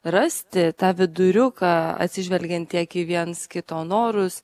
rasti tą viduriuką atsižvelgiant tiek į viens kito norus